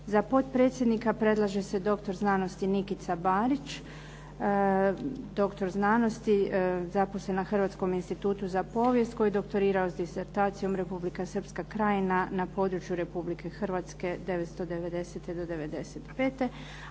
Za potpredsjednika predlaže se doktor znanosti Nikica Barić, doktor znanosti zaposlen na Hrvatskom institutu za povijest koji je doktorirao sa disertacijom "Republika Srpska krajina na području Republike Hrvatske 1990.-1995."